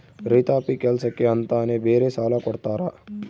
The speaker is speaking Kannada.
ರೈತಾಪಿ ಕೆಲ್ಸಕ್ಕೆ ಅಂತಾನೆ ಬೇರೆ ಸಾಲ ಕೊಡ್ತಾರ